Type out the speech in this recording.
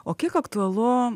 o kiek aktualu